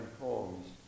poems